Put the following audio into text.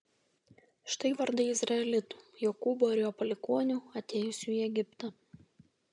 štai vardai izraelitų jokūbo ir jo palikuonių atėjusių į egiptą